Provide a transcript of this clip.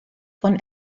von